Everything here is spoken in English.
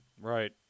Right